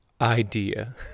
idea